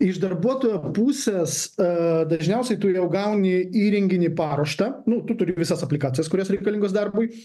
iš darbuotojo pusės dažniausiai tu jau gauni įrenginį paruoštą nu tu turi visas aplikacijas kurios reikalingos darbui